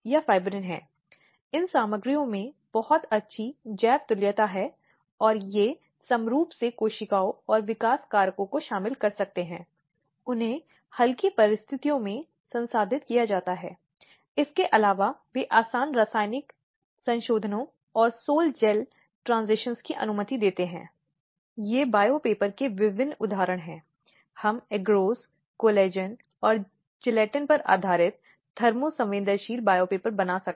और दूसरे व्यक्ति के खिलाफ उसकी सुरक्षा सुनिश्चित कर सकें इसलिए तुरंत आपराधिक कानून लागू करने के बजाय कुछ अन्य नागरिक साधन होने चाहिए जिसके द्वारा भाग कुछ समाधान की तलाश कर सकें